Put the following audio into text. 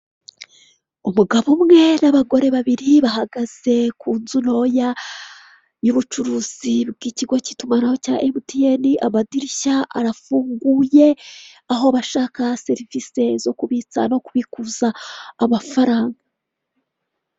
Umugabo umwe n'abagore babiri bahagaze ku nzu ntoya y'ubucuruzi bw'ikigo cy'itumanaho cya emutiyeni amadirishya arafunguye aho bashaka serivisi zo kubitsa no kubikuza amafaranga.